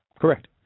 Correct